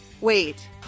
Wait